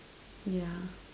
yeah